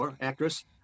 actress